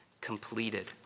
completed